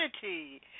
unity